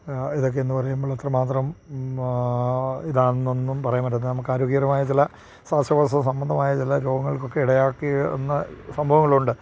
ഇതൊക്കെ എന്ന് പറയുമ്പോൾ അത്ര മാത്രം ഇതാണെന്നൊന്നും പറയാൻ പറ്റുന്ന നമുക്ക് ആരോഗ്യകരമായ ചില ശ്വാസകോശ സംബന്ധമായ ചില രോഗങ്ങൾകൊക്കെ ഇടയാക്കി എന്ന സംഭവങ്ങൾ ഉണ്ട്